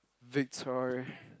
Victoria